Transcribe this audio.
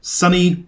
sunny